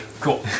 cool